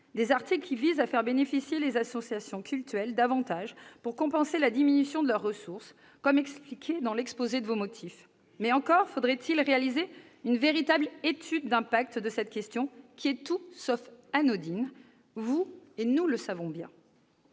de loi qui visent à faire bénéficier les associations cultuelles d'avantages pour compenser la diminution de leurs ressources, comme cela est expliqué dans l'exposé des motifs. Encore faudrait-il réaliser une véritable étude d'impact de cette question, qui est tout sauf anodine, vous et nous le savons bien.